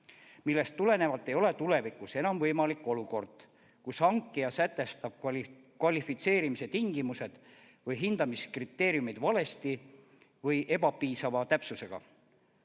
millest tulenevalt ei ole tulevikus enam võimalik olukord, kus hankija sätestab kvalifitseerimise tingimused või hindamiskriteeriumid valesti või ebapiisava täpsusega.